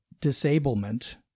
disablement